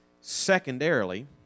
Secondarily